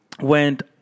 went